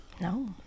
no